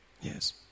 Yes